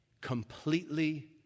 completely